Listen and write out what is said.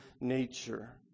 nature